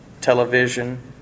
television